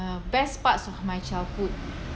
uh best parts of my childhood